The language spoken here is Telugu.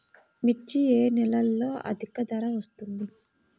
మిర్చి ఏ నెలలో అధిక ధర వస్తుంది?